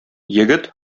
егет